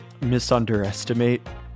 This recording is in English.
Misunderestimate